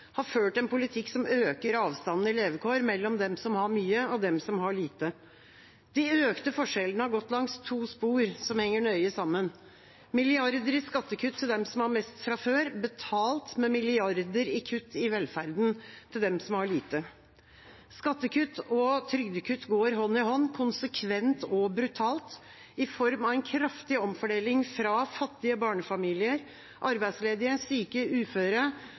har ført en politikk som øker avstanden i levekår mellom dem som har mye, og dem som har lite. De økte forskjellene har gått langs to spor som henger nøye sammen: milliarder i skattekutt til dem som har mest fra før – betalt med milliarder i kutt i velferden til dem som har lite. Skattekutt og trygdekutt går hånd i hånd, konsekvent og brutalt, i form av en kraftig omfordeling fra fattige barnefamilier, arbeidsledige, syke, uføre